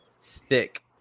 thick